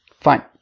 fine